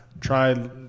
Try